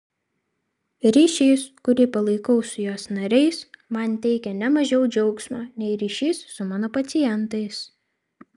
ryšys kurį palaikau su jos nariais man teikia ne mažiau džiaugsmo nei ryšys su mano pacientais